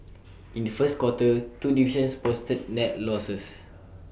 in the first quarter two divisions posted net losses